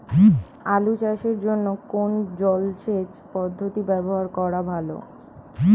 আলু চাষের জন্য কোন জলসেচ পদ্ধতি ব্যবহার করা ভালো?